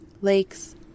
lakes